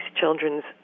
children's